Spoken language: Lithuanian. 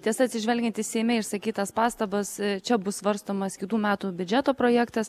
tiesa atsižvelgiant į seime išsakytas pastabas čia bus svarstomas kitų metų biudžeto projektas